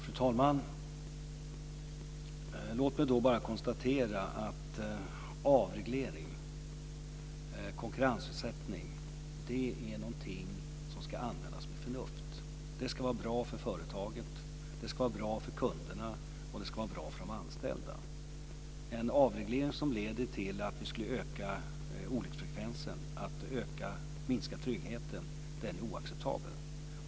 Fru talman! Låt mig bara konstatera att avreglering och konkurrensutsättning är någonting som ska användas med förnuft. Det ska vara bra för företaget. Det ska vara bra för kunderna. Det ska vara bra för de anställda. En avreglering som leder till att vi skulle öka olycksfrekvensen och minska tryggheten är oacceptabel.